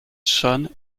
john